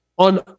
On